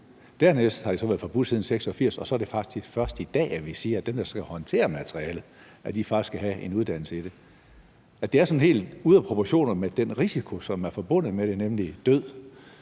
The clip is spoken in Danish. Dernæst har det så været forbudt siden 1986, og så er det faktisk først i dag, at vi siger, at den, der skal håndtere materialet, faktisk skal have en uddannelse i det. Det er sådan helt ude af proportioner med den risiko, som er forbundet med det, nemlig død.